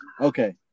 okay